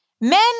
Men